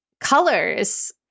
colors